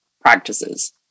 practices